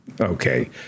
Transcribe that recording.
Okay